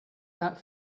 that